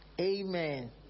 Amen